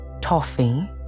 toffee